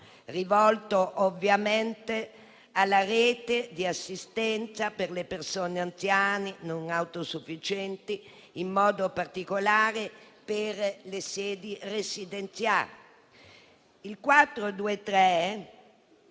rivolto alla rete di assistenza per le persone anziane non autosufficienti, in modo particolare per le sedi residenziali. Quanto